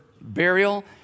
burial